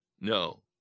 No